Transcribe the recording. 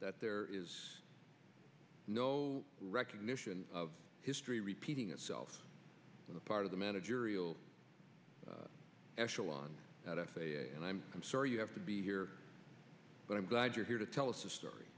that there is no recognition of history repeating itself on the part of the managerial echelon at f a a and i'm i'm sorry you have to be here but i'm glad you're here to tell us a story